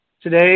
Today